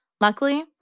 Luckily